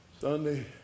Sunday